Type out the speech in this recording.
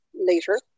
later